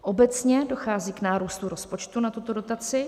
Obecně dochází k nárůstu rozpočtu na tuto dotaci.